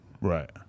Right